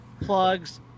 plugs